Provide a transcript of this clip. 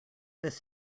this